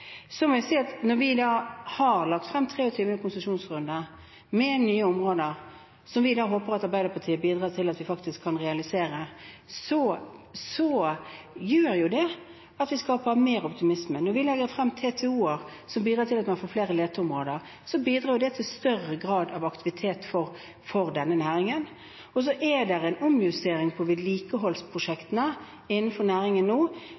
Så må jeg si at når vi har lagt frem 23. konsesjonsrunde med nye områder, som vi håper at Arbeiderpartiet bidrar til at vi faktisk kan realisere, så gjør det at vi skaper mer optimisme. Når vi legger frem TTO-er som bidrar til at man får flere leteområder, bidrar det til større grad av aktivitet i denne næringen. Og så er det en omjustering på vedlikeholdsprosjektene innenfor næringen nå